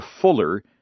Fuller